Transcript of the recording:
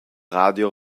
radio